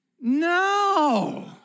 No